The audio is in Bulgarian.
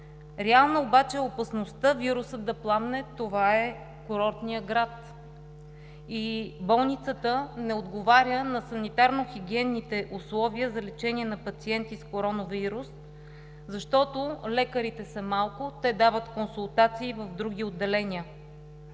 Реална обаче е опасността вирусът да пламне – това е курортен град и болницата не отговаря на санитарно-хигиенните условия за лечение на пациентите с коронавирус, защото лекарите са малко – те дават консултации и в други отделения.